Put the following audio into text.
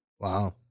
Wow